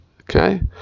Okay